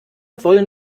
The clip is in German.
wollen